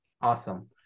Awesome